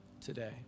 today